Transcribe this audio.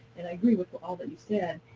and i agree with all that you said,